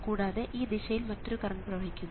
കൂടാതെ ഈ ദിശയിൽ മറ്റൊരു കറണ്ട് പ്രവഹിക്കുന്നു